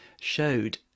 showed